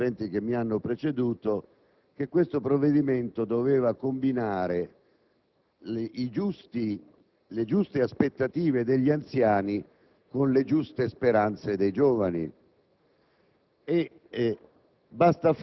si è detto, anche negli interventi di coloro che mi hanno preceduto, che questo doveva combinare le giuste aspettative degli anziani con le giuste speranze dei giovani.